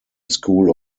school